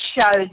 shows